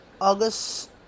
August